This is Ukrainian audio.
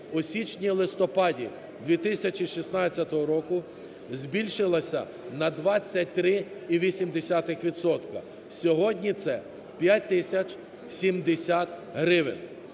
у січні-листопаді 2016 року збільшилася на 23,8 відсотки. Сьогодні це 5тисяч 70 гривень.